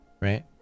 right